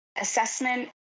assessment